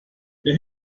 der